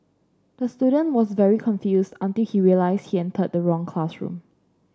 the student was very confused until he realised he entered the wrong classroom